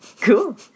Cool